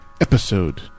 episode